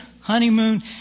honeymoon